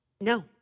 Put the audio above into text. No